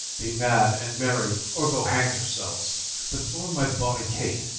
be mad and merry, or go hang yourselves but for my bonny kate,